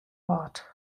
âld